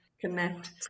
connect